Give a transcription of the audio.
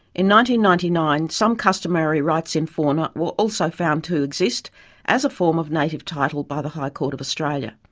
ninety ninety nine some customary rights in fauna were also found to exist as a form of native title by the high court of australia.